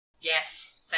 Yes